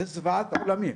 זה זוועת עולמים.